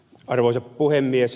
arvoisa puhemies